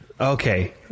Okay